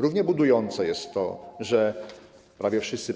Równie budujące jest to, że prawie wszyscy